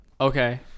Okay